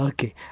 Okay